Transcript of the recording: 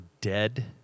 dead